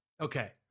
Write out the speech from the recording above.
Okay